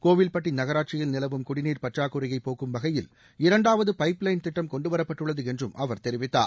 கோவில்பட்டி நகராட்சியில் நிலவும் குடிநீர் பற்றாக்குறையை போக்கும் வகையில் இரண்டாவது பைப் லைன் திட்டம் கொண்டுவரப்பட்டுள்ளது என்றும் அவர் தெரிவித்தார்